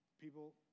People